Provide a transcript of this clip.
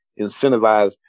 incentivize